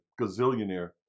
gazillionaire